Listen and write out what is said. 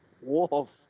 Wolf